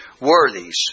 worthies